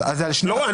גם אחרי מועד הפירעון.